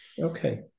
Okay